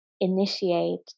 initiate